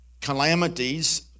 calamities